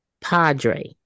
Padre